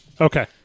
Okay